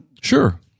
sure